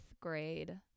grade